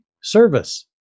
service